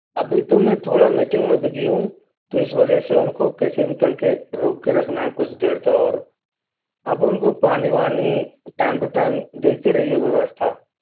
अभी तो मैं थोड़ा मीटिंग में बिजी हूँ तो इस वजह से उनको कैसे भी करके रोक के रखना है कुछ देर तो और आप उनको पानी वानी टाइम टु टाइम देखते रहिए व्यवस्था